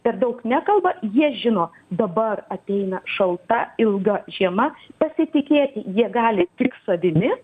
per daug nekalba jie žino dabar ateina šalta ilga žiema pasitikėti jie gali tik savimi